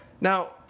Now